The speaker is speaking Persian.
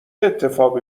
اتفاقی